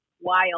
wild